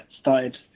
started